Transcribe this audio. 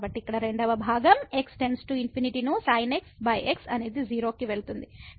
కాబట్టి ఇక్కడ రెండవ భాగం x→∞ ను sin xx అనేది 0 కి వెళ్తుంది